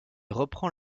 reprend